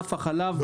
ענף החלב,